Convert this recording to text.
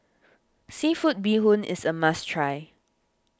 Seafood Bee Hoon is a must try